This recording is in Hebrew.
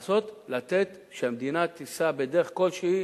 לעשות, לתת, שהמדינה תישא בדרך כלשהי.